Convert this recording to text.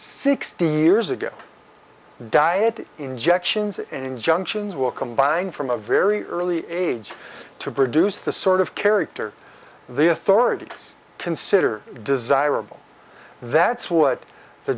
sixty years ago diet injections and injunctions will combine from a very early age to produce the sort of character the authorities consider desirable that's what the